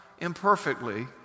imperfectly